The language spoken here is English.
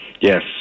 Yes